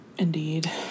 indeed